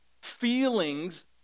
Feelings